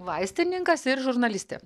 vaistininkas ir žurnalistė